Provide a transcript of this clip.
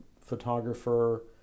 photographer